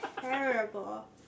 terrible